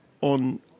on